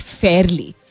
fairly